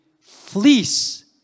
fleece